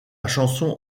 chanson